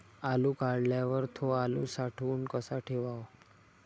आलू काढल्यावर थो आलू साठवून कसा ठेवाव?